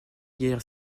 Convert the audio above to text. guerre